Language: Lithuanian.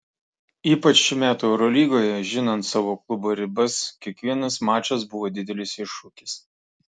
ypač šių metų eurolygoje žinant savo klubo ribas kiekvienas mačas buvo didelis iššūkis